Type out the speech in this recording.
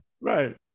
right